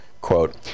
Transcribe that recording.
Quote